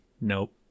Nope